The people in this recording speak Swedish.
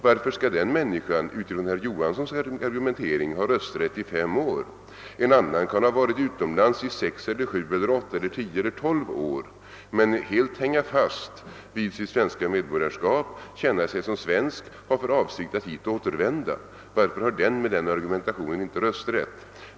Varför skall den människan enligt herr Johanssons argumentering ha rösträtt i fem år? En annan kan ha varit utomlands i sex, sju, åtta, tio eller tolv år men helt hänga fast vid sitt svenska medborgarskap, känna sig som svensk och ha för avsikt att hit återvända. Varför skall den människan med denna argumentation inte ha rösträtt?